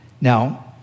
Now